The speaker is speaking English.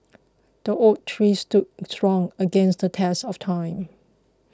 the oak tree stood strong against the test of time